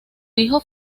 hijo